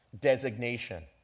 designation